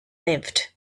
lived